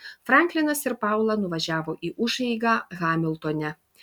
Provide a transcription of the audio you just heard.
franklinas ir paula nuvažiavo į užeigą hamiltone